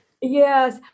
Yes